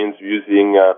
using